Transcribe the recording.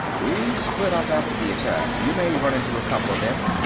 we split up after the attack. you may run into a couple of them.